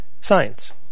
science